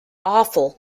awful